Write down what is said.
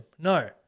No